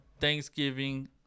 Thanksgiving